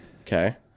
Okay